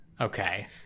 Okay